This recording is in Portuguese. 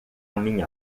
minha